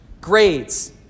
grades